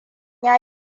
ya